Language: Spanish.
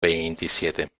veintisiete